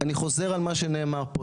אני חוזר על מה שנאמר פה,